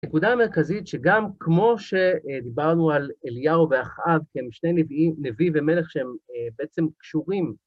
נקודה מרכזית שגם כמו שדיברנו על אליהו ואחאב, כי הם שני נביאים, נביא ומלך, שהם בעצם קשורים,